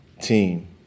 team